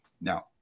Now